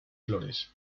flores